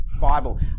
Bible